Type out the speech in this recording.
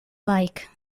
like